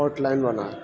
out line بنا